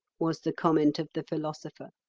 was the comment of the philosopher.